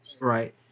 right